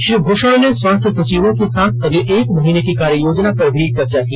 श्री भूषण ने स्वास्थ्य सचिवों के साथ अगले एक महीने की कार्ययोजना पर भी चर्चा की